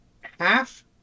half